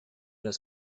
los